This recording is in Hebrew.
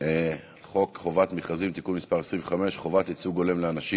חוק חובת המכרזים (תיקון מס' 25) (חובת ייצוג הולם לאנשים